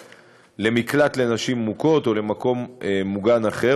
למקלט לנשים מוכות או למקום מוגן אחר,